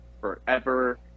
forever